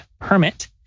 permit